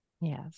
Yes